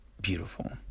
beautiful